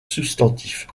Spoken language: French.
substantifs